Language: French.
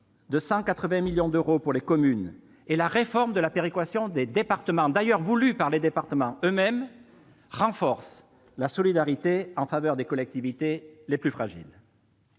de 180 millions d'euros pour les communes, et la réforme de la péréquation entre départements, d'ailleurs voulue par les départements eux-mêmes, renforcent la solidarité en faveur des collectivités les plus fragiles.